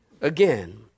Again